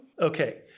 Okay